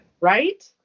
right